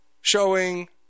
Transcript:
showing